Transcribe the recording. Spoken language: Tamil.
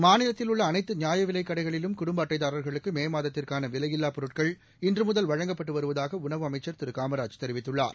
மாநிலத்தில் உள்ள அனைத்து நியாயவிலைக் கடைகளிலும் குடும்ப அட்டைதாரா்களுக்கு மே மாதத்திற்காள விலையில்லா பொருட்கள் இன்று முதல் வழங்கப்பட்டு வருவதாக உனவு அமைச்சர் திரு காமராஜ் தெரிவித்துள்ளார்